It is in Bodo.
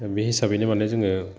बे हिसाबैनो माने जोङो